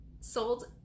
sold